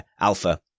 Alpha